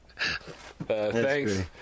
Thanks